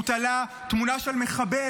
הוא תלה תמונה של מחבל,